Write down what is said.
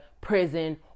prison